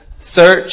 search